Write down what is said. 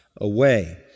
away